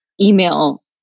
email